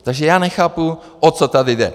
Takže já nechápu, o co tady jde.